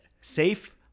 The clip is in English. safe